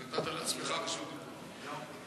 שנתת לעצמך רשות דיבור.